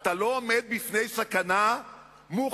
אתה לא עומד בפני סכנה מוחשית